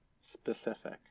specific